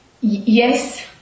Yes